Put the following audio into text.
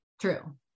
True